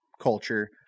culture